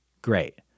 Great